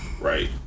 Right